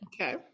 Okay